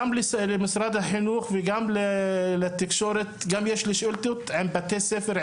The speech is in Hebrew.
גם למשרד החינוך וגם לתקשורת יש לי שאילתות עם בתי ספר,